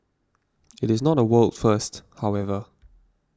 it is not a world first however